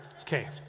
Okay